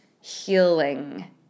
healing